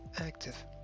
active